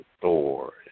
Thor